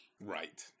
Right